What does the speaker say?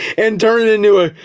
and turned into a.